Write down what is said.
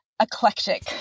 eclectic